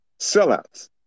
sellouts